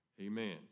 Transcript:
Amen